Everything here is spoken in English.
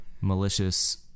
malicious